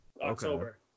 October